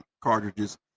cartridges